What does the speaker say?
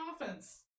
offense